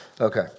Okay